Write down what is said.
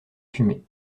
fumée